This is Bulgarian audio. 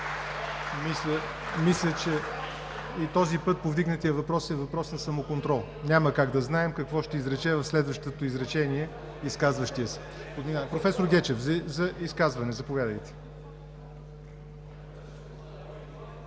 Мисля, че и този път повдигнатият въпрос е въпрос на самоконтрол. Няма как да знаем какво ще изрече в следващото изречение изказващият се. Професор Гечев, заповядайте